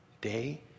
day